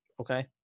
okay